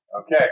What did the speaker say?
Okay